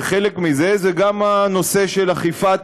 חלק מזה זה גם הנושא של אכיפת